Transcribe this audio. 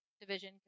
division